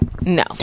no